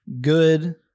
good